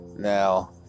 Now